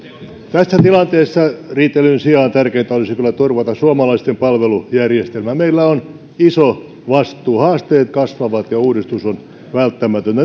tässä tilanteessa riitelyn sijaan tärkeintä olisi kyllä turvata suomalaisten palvelujärjestelmä meillä on iso vastuu haasteet kasvavat ja uudistus on välttämätön ja